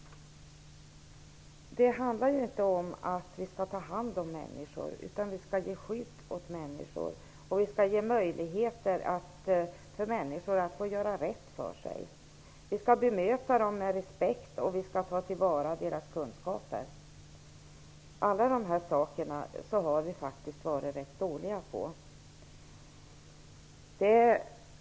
Det handlar ju inte om att vi skall ta hand om människor utan om att ge skydd åt människor, och vi skall ge dem möjligheter att göra rätt för sig. Vi skall möta dem med respekt, och vi skall ta till vara deras kunskaper. Alla de här sakerna har vi faktiskt varit rätt dåliga på.